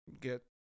get